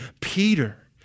Peter